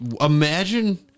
imagine